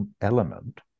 element